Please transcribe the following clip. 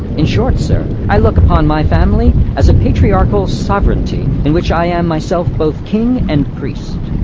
in short, sir, i look upon my family as a patriarchal sovereignty in which i am myself both king and priest.